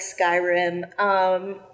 Skyrim